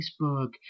Facebook